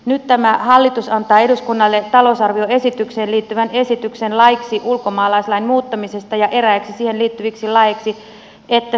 nyt tämä hallitus antaa eduskunnalle talousarvioesitykseen liittyvän esityksen laiksi ulkomaalaislain muuttamisesta ja eräiksi siihen liittyviksi laeiksi